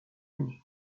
année